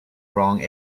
wrong